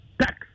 tax